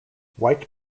white